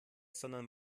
sondern